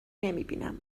نمیبینم